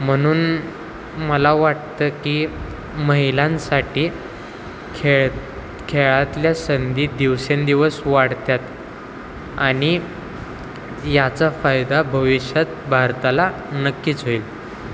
म्हणून मला वाटतं की महिलांसाठी खेळ खेळातल्या संधी दिवसेंदिवस वाढतात आणि याचा फायदा भविष्यात भारताला नक्कीच होईल